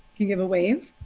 you give a wave.